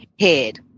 head